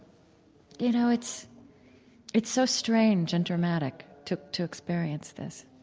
you know, it's it's so strange and dramatic to to experience this,